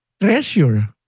treasure